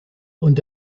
und